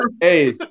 Hey